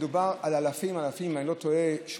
מדובר על אלפים, אלפים, אם